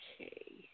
okay